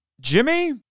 Jimmy